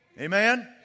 Amen